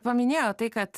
paminėjot tai kad